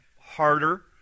harder